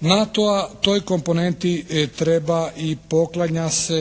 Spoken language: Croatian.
NATO-a toj komponentni treba i poklanja se